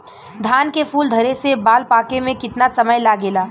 धान के फूल धरे से बाल पाके में कितना समय लागेला?